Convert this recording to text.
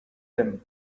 them